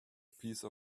piece